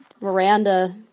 Miranda-